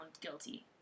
guilty